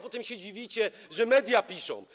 Potem się dziwicie, że media piszą.